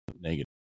negative